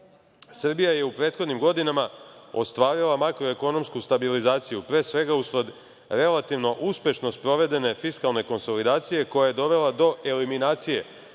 "Srbija je u prethodnim godinama ostvarila makroekonomsku stabilizaciju, pre svega, usled relativno uspešno sprovedene fiskalne konsolidacije, koja je dovela do eliminacije